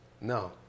No